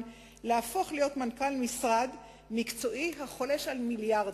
להפוך להיות מנכ"ל משרד מקצועי החולש על מיליארדים.